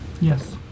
Yes